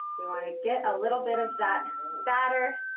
we want to get a little bit of that batter.